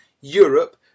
Europe